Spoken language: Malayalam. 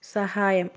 സഹായം